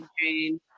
Jane